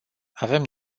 avem